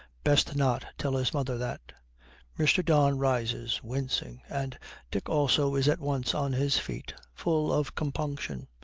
best not tell his mother that mr. don rises, wincing, and dick also is at once on his feet, full of compunction.